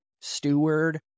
Steward